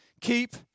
Keep